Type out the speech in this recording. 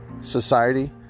society